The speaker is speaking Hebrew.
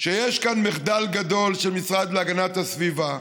שיש כאן מחדל גדול של המשרד להגנת הסביבה,